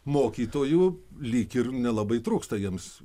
mokytojų lyg ir nelabai trūksta jiems